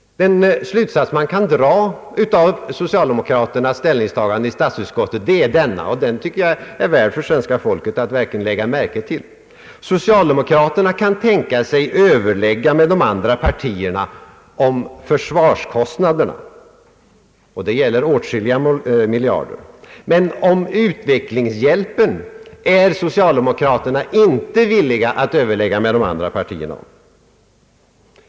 Den slutsats man kan dra av socialdemokraternas ställningstagande i statsutskottet är denna: Socialdemokraterna kan tänka sig överläggningar med övriga partier om försvarskostnader, som ju gäller åtskilliga miljarder, men om utvecklingshjälpen är socialdemokraterna inte villiga att överlägga med de andra partierna. Detta tycker jag är väl värt för svenska folket att lägga märke till.